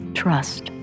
trust